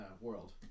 world